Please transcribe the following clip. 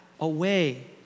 away